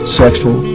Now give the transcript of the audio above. sexual